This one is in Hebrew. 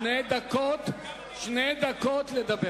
שתי דקות לדבר.